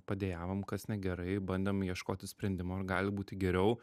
padejavom kas negerai bandėm ieškoti sprendimo ar gali būti geriau